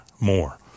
more